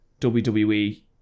WWE